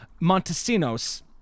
Montesinos